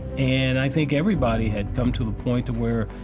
and i think everybody had come to a point to where,